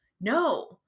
no